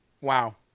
Wow